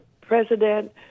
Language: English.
president